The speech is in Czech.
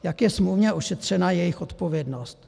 Jak je smluvně ošetřena jejich odpovědnost?